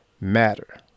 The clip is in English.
matter